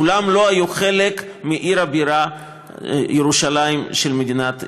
כולם לא היו חלק מעיר הבירה ירושלים של מדינת ישראל.